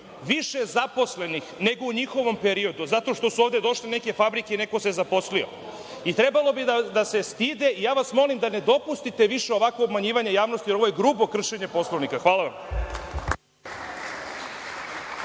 više zaposlenih nego u njihovom periodu, zato što su ovde došle neke fabrike i neko se zaposlio. Trebalo bi da se stide. Ja vas molim da ne dopustite više ovakvo obmanjivanje javnosti, jer ovo je grubo kršenje Poslovnika. Hvala.